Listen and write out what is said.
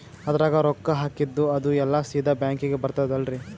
ಅದ್ರಗ ರೊಕ್ಕ ಹಾಕಿದ್ದು ಅದು ಎಲ್ಲಾ ಸೀದಾ ಬ್ಯಾಂಕಿಗಿ ಬರ್ತದಲ್ರಿ?